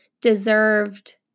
deserved